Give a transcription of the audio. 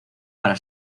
para